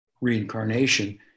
reincarnation